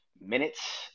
minutes